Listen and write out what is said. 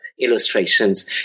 illustrations